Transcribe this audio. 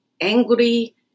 angry